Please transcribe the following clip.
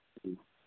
ꯎꯝ